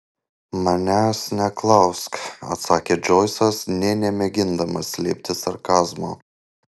manęs neklausk atsakė džoisas nė nemėgindamas slėpti sarkazmo